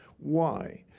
why?